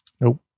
Nope